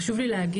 חשוב לי להגיד,